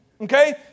okay